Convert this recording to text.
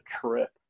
trip